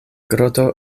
groto